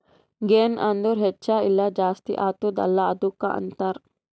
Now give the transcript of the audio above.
ಗೆನ್ ಅಂದುರ್ ಹೆಚ್ಚ ಇಲ್ಲ ಜಾಸ್ತಿ ಆತ್ತುದ ಅಲ್ಲಾ ಅದ್ದುಕ ಅಂತಾರ್